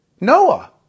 Noah